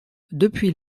depuis